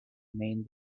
main